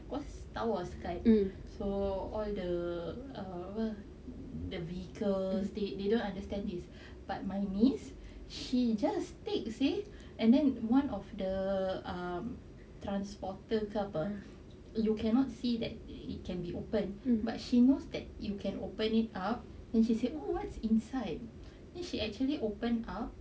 because star wars kan so all the err apa all the vehicles they they don't understand this but my niece she just take seh and then one of the transformer cup ah you cannot see that it can be open but she knows that you can open it up then she said oh what's inside then she actually open up